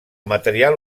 material